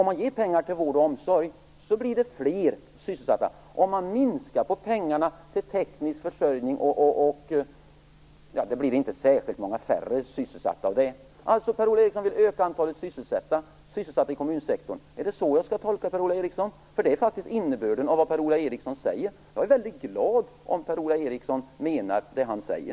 Om man ger pengar till vård och omsorg blir det fler sysselsatta. Om man minskar på pengarna till teknisk försörjning blir det inte särskilt många färre sysselsatta. Per-Ola Eriksson vill alltså öka antalet sysselsatta i kommunsektorn. Är det så jag skall tolka Per-Ola Eriksson? Det är faktiskt innebörden av vad han säger. Jag är väldigt glad om Per-Ola Eriksson menar det han säger.